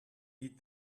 eat